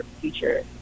future